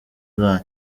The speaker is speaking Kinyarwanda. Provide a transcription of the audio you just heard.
zayo